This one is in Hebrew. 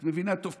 את מבינה: טוב,